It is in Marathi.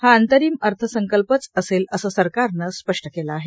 हा अंतरिम अर्थसंकल्पच असेल असं सरकारनं स्पष्ट केलं आहे